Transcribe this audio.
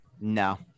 No